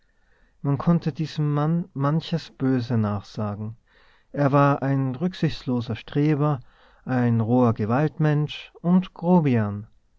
man konnte diesem mann manches böse nachsagen er war ein rücksichtsloser streber ein roher gewaltmensch und grobian